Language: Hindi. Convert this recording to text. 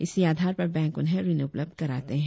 इसी आधार पर बैंक उन्हें ऋण उपलब्ध कराते हैं